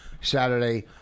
Saturday